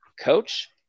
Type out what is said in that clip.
Coach